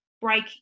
break